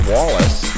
Wallace